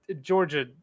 Georgia